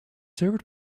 served